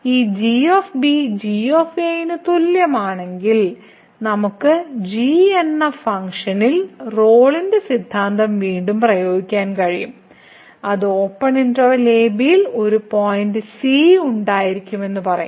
ഈ g g ന് തുല്യമാണെങ്കിൽ നമുക്ക് g എന്ന ഫംഗ്ഷനിൽ റോളിന്റെ സിദ്ധാന്തം വീണ്ടും പ്രയോഗിക്കാൻ കഴിയും അത് ഓപ്പൺ ഇന്റെർവെല്ലിൽ a b ഒരു പോയിന്റ് c ഉണ്ടായിരിക്കുമെന്ന് പറയും